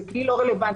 זה כלי לא רלוונטי.